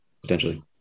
potentially